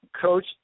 Coach